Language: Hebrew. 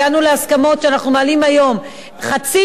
הגענו להסכמות שאנחנו מעלים היום חצי